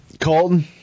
Colton